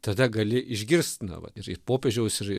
tada gali išgirst na vat ir popiežiaus ir